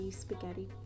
spaghetti